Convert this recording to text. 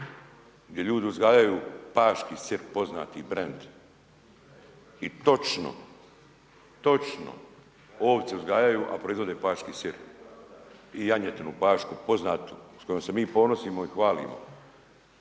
gdje ljudi uzgajaju paški sir, poznati brand i točno ovce uzgajaju, a proizvode paški sir i janjetinu pašku poznatu, s kojom se mi ponosimo i hvalimo.